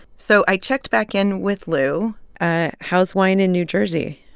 so i checked back in with lou how's wine in new jersey?